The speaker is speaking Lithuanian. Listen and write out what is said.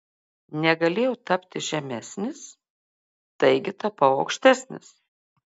negalėjau tapti žemesnis taigi tapau aukštesnis